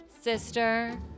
Sister